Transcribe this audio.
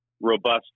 robust